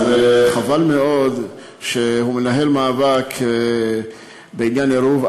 אז חבל מאוד שהוא מנהל מאבק בעניין עירוב.